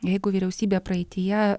jeigu vyriausybė praeityje